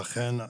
נכון,